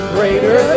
Greater